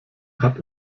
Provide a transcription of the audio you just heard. hat